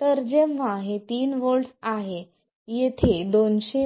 तर जेव्हा हे 3 व्होल्ट्स आहे येथे 200